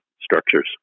structures